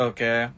Okay